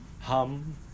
hum